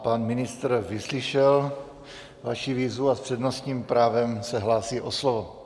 Pan ministr vyslyšel vaši výzvu a s přednostním právem se hlásí o slovo.